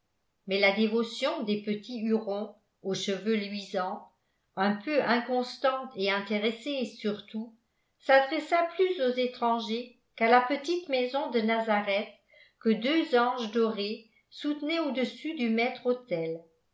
mais la dévotion des petits hurons aux cheveux luisants un peu inconstante et intéressée surtout s'adressa plus aux étrangers qu'à la petite maison de nazareth que deux anges dorés soutenaient au-dessus du